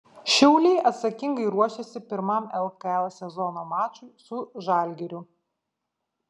šiauliai atsakingai ruošiasi pirmam lkl sezono mačui su žalgiriu